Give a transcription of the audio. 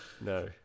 No